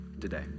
today